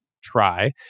try